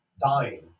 dying